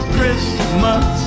Christmas